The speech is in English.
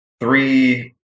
three